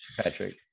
Patrick